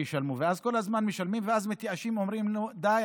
ואז כל הזמן משלמים ומתייאשים ואומרים: די,